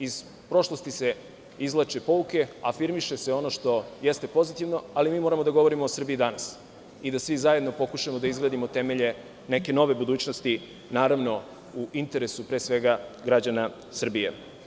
Iz prošlosti se izvlače pouke i afirmiše se ono što jeste pozitivno, ali mi moramo da govorimo o Srbiji danas i da svi zajedno pokušamo da izgradimo temelje neke nove budućnosti u interesu pre svega građane Srbije.